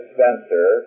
Spencer